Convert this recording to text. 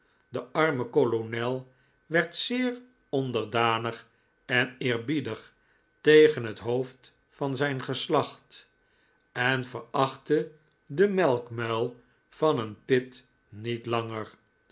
de arme kolonel werd zeer onderdanig en eerbiedig tegen het hoofd van zijn geslacht en verachtte den melkmuil van een pitt niet langer